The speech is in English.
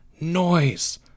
noise